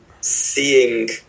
seeing